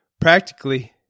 practically